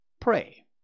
Pray